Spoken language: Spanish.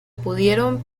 pudieron